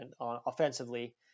offensively